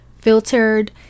filtered